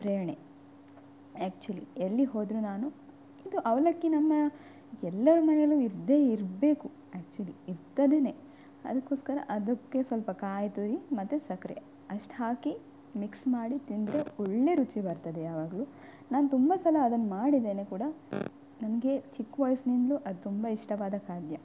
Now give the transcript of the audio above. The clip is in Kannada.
ಪ್ರೇರಣೆ ಆ್ಯಕ್ಚುಲಿ ಎಲ್ಲಿ ಹೋದರೂ ನಾನು ಇದು ಅವಲಕ್ಕಿ ನಮ್ಮ ಎಲ್ಲರ ಮನೆಯಲ್ಲೂ ಇದ್ದೇ ಇರಬೇಕು ಆ್ಯಕ್ಚುಲಿ ಇರ್ತದೇನೆ ಅದಕ್ಕೋಸ್ಕರ ಅದಕ್ಕೆ ಸ್ವಲ್ಪ ಕಾಯಿ ತುರಿ ಮತ್ತು ಸಕ್ಕರೆ ಅಷ್ಟು ಹಾಕಿ ಮಿಕ್ಸ್ ಮಾಡಿ ತಿಂದರೆ ಒಳ್ಳೆಯ ರುಚಿ ಬರ್ತದೆ ಯಾವಾಗಲೂ ನಾನು ತುಂಬ ಸಲ ಅದನ್ನು ಮಾಡಿದ್ದೇನೆ ಕೂಡ ನನಗೆ ಚಿಕ್ಕ ವಯಸ್ನಿಂದಲೂ ಅದು ತುಂಬ ಇಷ್ಟವಾದ ಖಾದ್ಯ